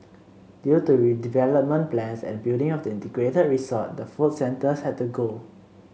due to redevelopment plans and building of the integrated resort the food centres had to go